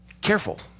careful